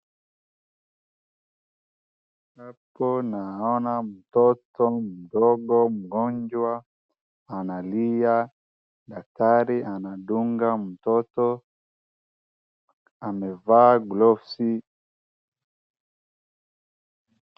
Hapo naona mtoto mdogo mgonjwa analia. Daktari anadunga mtoto. Amevaa gloves .